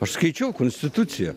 aš skaičiau konstituciją